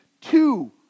two